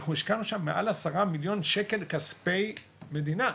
אנחנו השקענו שם מעל עשרה מיליון שקלים כספי מדינה,